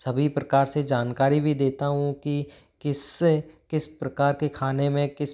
सभी प्रकार से जानकारी भी देता हूँ कि किस किस प्रकार के खाने में किस